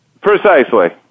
Precisely